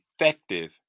effective